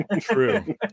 True